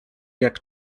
jak